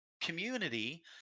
community